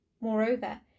Moreover